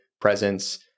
presence